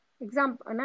example